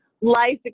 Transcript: life